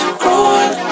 growing